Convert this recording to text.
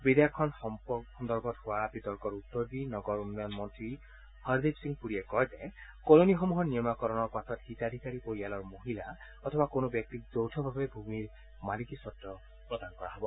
বিধেয়কখন সম্পৰ্কত হোৱা বিতৰ্কত উত্তৰ দি নগৰ উন্নয়ন মন্ত্ৰী হৰদ্বীপ সিং পুৰীয়ে কয় যে কলনিসমূহৰ নিয়মীয়াকৰণৰ পাছত হিতাধিকাৰী পৰিয়ালৰ মহিলা অথবা কোনো ব্যক্তিক যৌথভাৱে ভূমিৰ মালিকী স্বব্ব প্ৰদান কৰা হব